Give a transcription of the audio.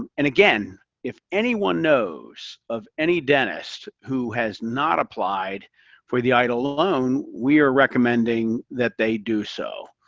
um and again if anyone knows of any dentist who has not applied for the eidl loan, we are recommending that they do so.